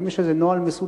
האם יש איזה נוהל מסודר,